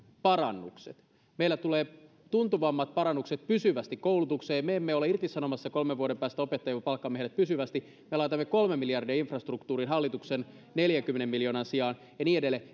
parannukset meillä tulee tuntuvammat parannukset pysyvästi koulutukseen me emme ole irtisanomassa kolmen vuoden päästä opettajia vaan palkkaamme heidät pysyvästi me laitamme kolme miljardia infrastruktuuriin hallituksen neljänkymmenen miljoonan sijaan ja niin edelleen